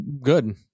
good